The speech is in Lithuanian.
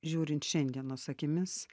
žiūrint šiandienos akimis